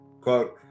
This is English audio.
Quote